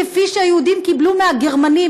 כפי שהיהודים קיבלו מהגרמנים.